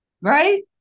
right